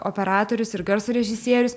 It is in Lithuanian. operatorius ir garso režisierius